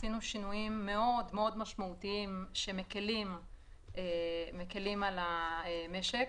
עשינו שינויים מאוד-מאוד משמעותיים שמקלים על המשק.